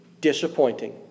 disappointing